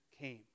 came